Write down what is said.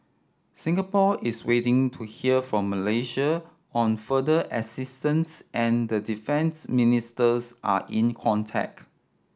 Singapore is waiting to hear from Malaysia on further assistance and defence ministers are in contact